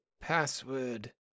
password